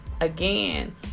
again